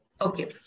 Okay